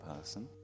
person